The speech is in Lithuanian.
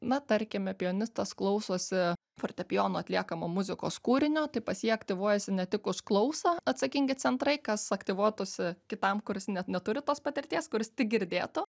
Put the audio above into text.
na tarkime pianistas klausosi fortepijono atliekamo muzikos kūrinio tai pas jį aktyvuojasi ne tik už klausą atsakingi centrai kas aktyvuotųsi kitam kuris net neturi tos patirties kuris tik girdėtų